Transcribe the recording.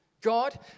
God